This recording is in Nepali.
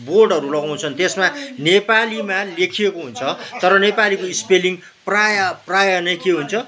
बोर्डहरू लगाउँछन् त्यसमा नेपालीमा लेखिएको हुन्छ तर नेपालीको स्पेलिङ प्रायप्राय नै के हुन्छ